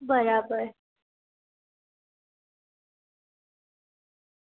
બરાબર